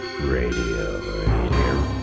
Radio